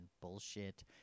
bullshit